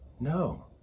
No